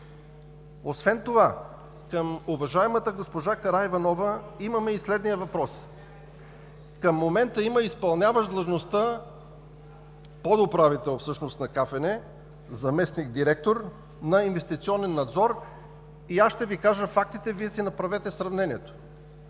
Освен това към уважаемата госпожа Караиванова имаме и следния въпрос. Към момента има изпълняващ длъжността подуправител на КФН, заместник-директор на „Инвестиционен надзор“ . Аз ще Ви кажа фактите, Вие си направете сравнението.